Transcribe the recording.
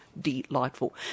delightful